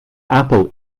apple